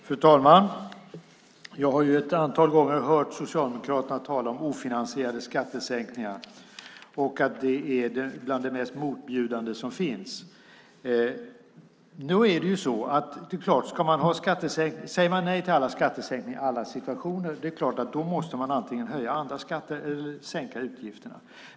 Fru talman! Jag har ett antal gånger hört Socialdemokraterna tala om ofinansierade skattesänkningar och att det är bland det mest motbjudande som finns. Om man säger nej till alla skattesänkningar i alla situationer är det klart att man då antingen måste höja andra skatter eller sänka utgifterna.